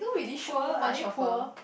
poor are they poor